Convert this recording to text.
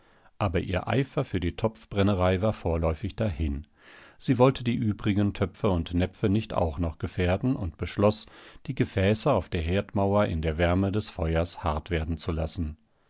aber ihr eifer für die topfbrennerei war vorläufig dahin sie wollte die übrigen töpfe und näpfe nicht auch noch gefährden und beschloß die gefäße auf der herdmauer in der wärme des feuers hart werden zu lassen